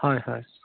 হয় হয়